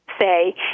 say